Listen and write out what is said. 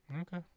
Okay